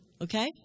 Okay